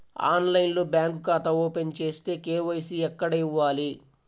ఆన్లైన్లో బ్యాంకు ఖాతా ఓపెన్ చేస్తే, కే.వై.సి ఎక్కడ ఇవ్వాలి?